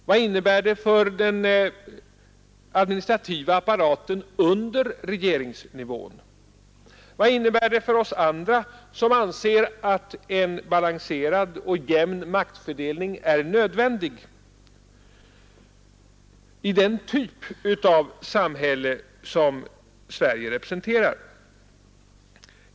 Vad innebär det för den administrativa apparaten under regeringsnivån? Vad innebär det för oss andra som anser att en balanserad och jämn maktfördelning är nödvändig i den typ av samhälle som Sverige representerar?